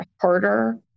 harder